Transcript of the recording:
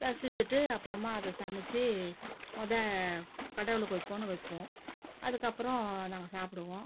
ரசிச்சுட்டு அப்புறமா அதை சமைச்சி மொத கடவுளுக்கு வைப்போன்னு வைப்போம் அதுக்கப்புறம் நாங்கள் சாப்புடுவோம்